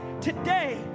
today